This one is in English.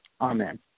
Amen